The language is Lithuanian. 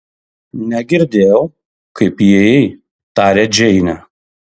negirdėjau kaip įėjai tarė džeinė